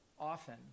often